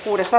asia